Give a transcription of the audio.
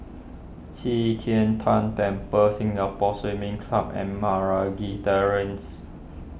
Qi Tian Tan Temple Singapore Swimming Club and Meragi Terrace